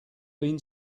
been